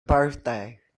birthday